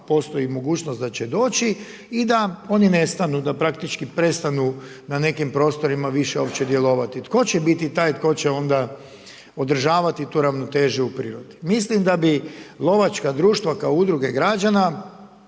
postoji mogućnost da će doći i da oni nestanu, da praktički prestanu na nekim prostorima više uopće djelovati? Tko će biti taj tko će onda održavati tu ravnotežu u prirodi? Mislim da bi lovačka društva kao udruge građana